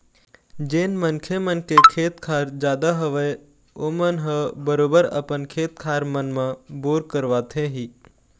जेन मनखे मन के खेत खार जादा हवय ओमन ह बरोबर अपन खेत खार मन म बोर करवाथे ही